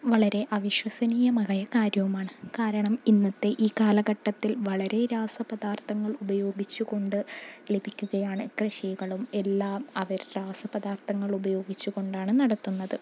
വളരെ അവിശ്വസനീയമായ കാര്യവുമാണ് കാരണം ഇന്നത്തെ ഈ കാലഘട്ടത്തിൽ വളരെ രാസപദാർത്ഥങ്ങൾ ഉപയോഗിച്ചുകൊണ്ട് ലഭിക്കുകയാണ് കൃഷികളും എല്ലാം അവർ രാസപദാർത്ഥങ്ങൾ ഉപയോഗിച്ചുകൊണ്ടാണ് നടത്തുന്നത്